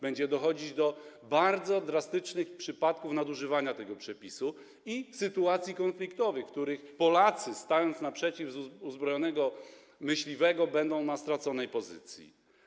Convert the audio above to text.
Będzie dochodzić do bardzo drastycznych przypadków nadużywania tego przepisu i sytuacji konfliktowych, w których Polacy, stając naprzeciw uzbrojonego myśliwego, będą na straconej pozycji.